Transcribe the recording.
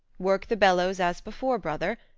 work the bellows as before, brother,